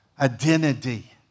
Identity